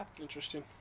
Interesting